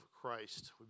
Christ